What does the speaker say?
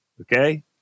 Okay